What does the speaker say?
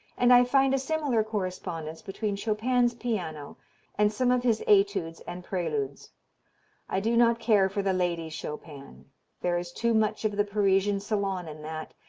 and i find a similar correspondence between chopin's piano and some of his etudes and preludes i do not care for the ladies' chopin there is too much of the parisian salon in that,